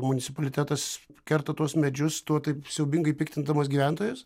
municipalitetas kerta tuos medžius tuo taip siaubingai piktindamas gyventojus